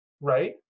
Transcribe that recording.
right